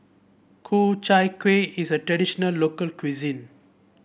Ku Chai Kuih is a traditional local cuisine